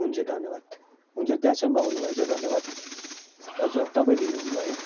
हुन्छ धन्यवाद हुन्छ त्यहाँसम्म आउनुभएछ धन्यवाद हजुर अब तपाईँ ढिलो हुनुभयो